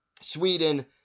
Sweden